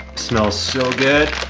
smells so good.